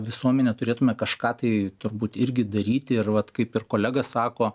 visuomenė turėtume kažką tai turbūt irgi daryti ir vat kaip ir kolega sako